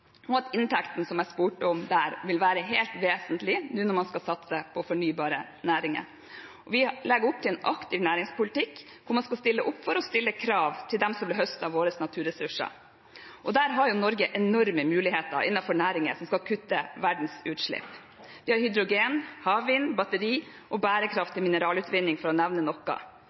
og at inntekten som jeg spurte om der, vil være helt vesentlig nå når man skal satse på fornybare næringer. Vi legger opp til en aktiv næringspolitikk, der man skal stille opp for å stille krav til dem som vil høste av våre naturressurser. Der har Norge enorme muligheter innenfor næringer som skal kutte verdens utslipp. Vi har hydrogen, havvind, batteri og bærekraftig mineralutvinning, for å nevne noe.